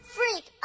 freak